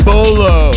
Bolo